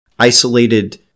Isolated